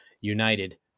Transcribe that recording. United